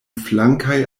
flankaj